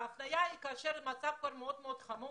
ההפניה היא כאשר המצב כבר מאוד-מאוד חמור.